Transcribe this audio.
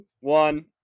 one